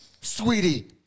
sweetie